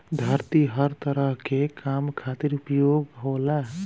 धरती हर तरह के काम खातिर उपयोग होला